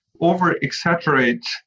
over-exaggerate